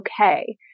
okay